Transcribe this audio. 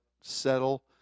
settle